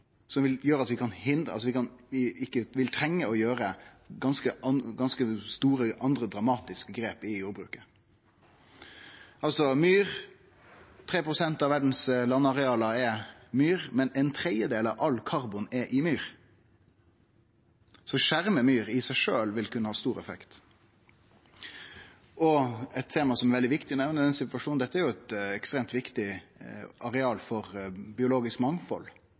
som gjer at vi ikkje vil trenge å ta andre ganske store, dramatiske grep i jordbruket. Tre prosent av landareala i verda er myr, men en tredjedel av all karbon er i myr. Det å skjerme myr vil i seg sjølv kunne ha stor effekt. Eit tema som det er veldig viktig å nemne i denne situasjonen, er at dette også er eit ekstremt viktig areal for biologisk mangfald.